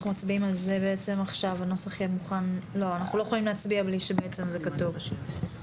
לא יכולים להצביע לפני שזה כתוב.